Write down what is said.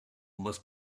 must